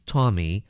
Tommy